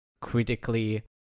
critically